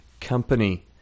company